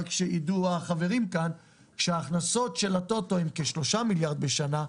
רק שידעו החברים כאן שההכנסות של הטוטו הם כ-3 מיליארד בשנה,